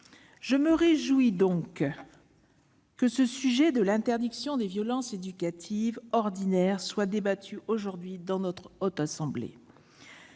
Je me réjouis donc que ce sujet de l'interdiction des violences éducatives ordinaires soit débattu aujourd'hui dans notre Haute Assemblée.